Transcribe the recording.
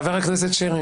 חבר הכנסת שירי.